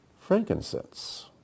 frankincense